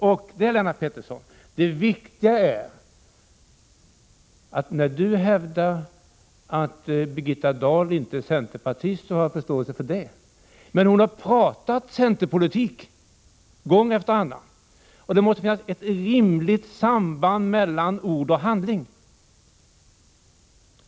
När Lennart Pettersson hävdar att Birgitta Dahl inte är centerpartist, har jag förståelse för det, men hon har pratat centerpolitik gång efter annan, och det måste finnas ett rimligt samband mellan ord och handling.